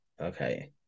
Okay